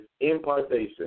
impartation